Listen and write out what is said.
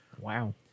Wow